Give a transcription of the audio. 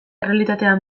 errealitatea